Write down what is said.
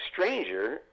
stranger